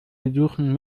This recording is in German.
besuchen